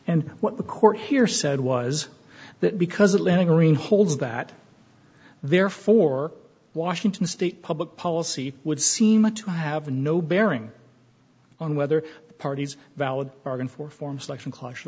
and what the court here said was that because atlantic green holds that therefore washington state public policy would seem to have no bearing on whether the parties valid bargain for form selection caution